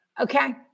Okay